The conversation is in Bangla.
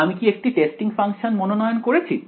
আমি কি একটি টেস্টিং ফাংশন মনোনয়ন করেছি